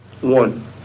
One